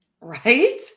Right